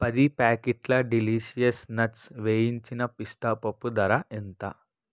పది ప్యాకెట్ల delicious nuts వేయించిన పిస్తాపప్పు ధర ఎంత